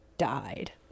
died